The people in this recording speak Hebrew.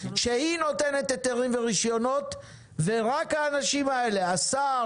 שהיא נותנת היתרים ורישיונות ורק האנשים האלה השר